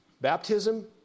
baptism